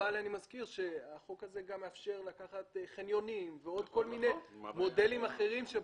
אני מזכיר שהחוק הזה מאפשר לקחת חניונים ועוד כל מיני מודלים אחרים.